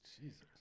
Jesus